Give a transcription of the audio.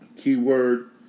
Keyword